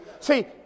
See